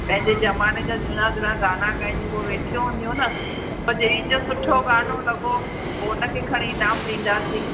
पंहिंजे ज़माने जा झूना झूना गाना ॻाईंदियूं पोइ वेठियूं हूंदियूं न पर जंहिंजो सुठो गानो लॻो पोइ हुनखे खणी इनाम ॾींदासीं